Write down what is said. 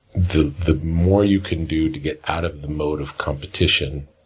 the the more you can do to get out of the mode of competition,